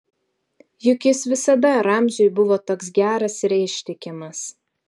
juk jis visada ramziui buvo toks geras ir ištikimas